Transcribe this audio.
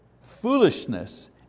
foolishness